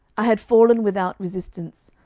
i had fallen without resistance,